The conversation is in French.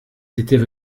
étaient